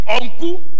uncle